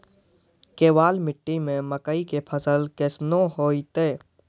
केवाल मिट्टी मे मकई के फ़सल कैसनौ होईतै?